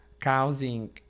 causing